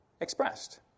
Expressed